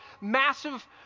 massive